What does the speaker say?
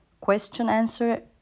question-answer